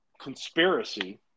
conspiracy